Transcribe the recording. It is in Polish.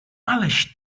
aleś